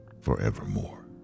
forevermore